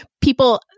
people